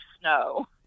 snow